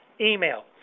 email